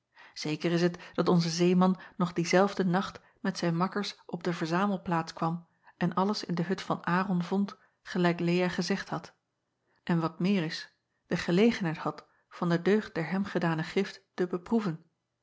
eker is het dat onze zeeman nog diezelfde nacht met zijn makkers op de verzamelplaats kwam en alles in de hut van aron vond gelijk ea gezegd had en wat meer is de gelegenheid had van de deugd der hem gedane gift te beproeven